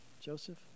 joseph